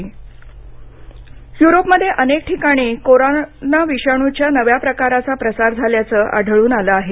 Covid Europe युरोपमध्ये अनेक ठिकाणी कोरोना विषाणूच्या नवा प्रकाराचा प्रसार झाल्याचं आढळून आलं आहे